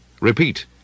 Repeat